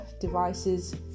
devices